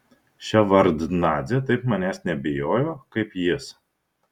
ševardnadzė taip manęs nebijojo kaip jis